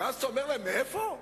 ואז אתה אומר להם, כשתחליטו